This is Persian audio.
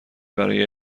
برای